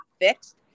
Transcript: fixed